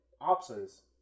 options